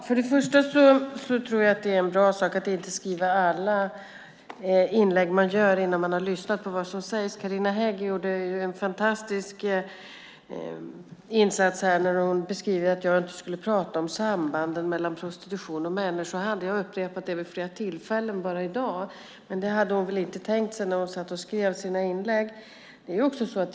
Fru talman! Det är nog bra att inte skriva alla sina inlägg innan man har lyssnat på vad som sägs. Carina Hägg gjorde en fantastisk insats när hon beskrev att jag inte skulle ha talat om sambanden mellan prostitution och människohandel. Jag har upprepat det vid flera tillfällen bara i dag, men det hade hon väl inte tänkt sig när hon skrev sina inlägg.